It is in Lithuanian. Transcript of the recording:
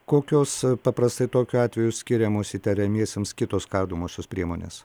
kokios paprastai tokiu atveju skiriamos įtariamiesiems kitos kardomosios priemonės